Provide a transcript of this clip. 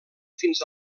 fins